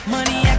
Money